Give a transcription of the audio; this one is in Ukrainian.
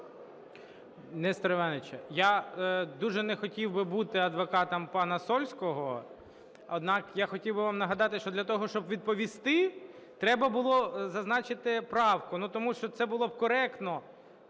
Несторе Івановичу, я дуже не хотів би бути адвокатом пана Сольського, однак я хотів би вам нагадати, що для того, щоб відповісти, треба було зазначити правку, тому що це було б коректно…